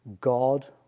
God